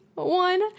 one